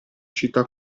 città